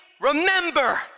remember